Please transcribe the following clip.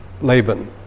Laban